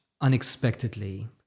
unexpectedly